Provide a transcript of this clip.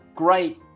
great